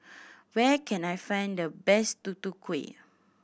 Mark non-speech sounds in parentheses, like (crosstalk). (noise) where can I find the best Tutu Kueh